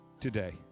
today